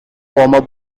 former